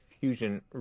fusion